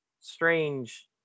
strange